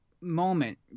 moment